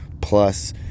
plus